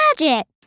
magic